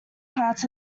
parts